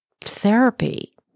therapy